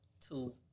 two